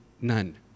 none